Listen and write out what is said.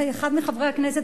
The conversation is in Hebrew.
אחד מחברי הכנסת,